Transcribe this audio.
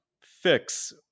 fix